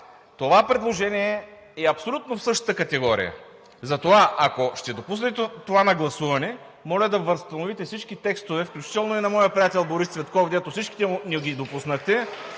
това предложение е абсолютно в същата категория. Затова, ако ще допуснете това на гласуване, моля да възстановите всички текстове, включително и на моя приятел Борис Цветков, дето всичките му не ги допуснахте